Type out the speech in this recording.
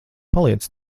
paliec